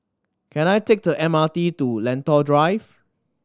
can I take the M R T to Lentor Drive